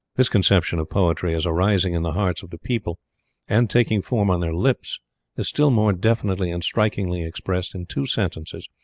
this conception of poetry as arising in the hearts of the people and taking form on their lips is still more definitely and strikingly expressed in two sentences,